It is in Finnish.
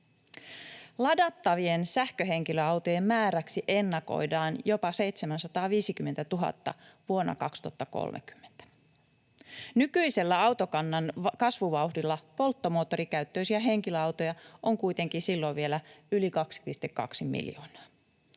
Ladattavien sähköhenkilöautojen määräksi ennakoidaan jopa 750 000 vuonna 2030. Nykyisellä autokannan kasvuvauhdilla polttomoottorikäyttöisiä henkilöautoja on kuitenkin silloin vielä yli 2,2 miljoonaa.